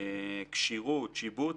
כשירות, שיבוץ.